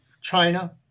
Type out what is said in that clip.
China